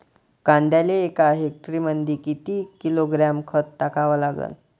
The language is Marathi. कांद्याले एका हेक्टरमंदी किती किलोग्रॅम खत टाकावं लागन?